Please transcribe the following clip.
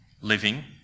living